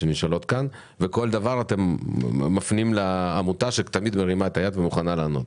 שנשאלות כאן וכל דבר אתם מפנים לעמותה שתמיד מרימה את היד ומוכנה לענות.